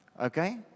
Okay